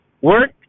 work